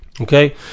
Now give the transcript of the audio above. Okay